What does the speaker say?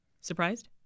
Surprised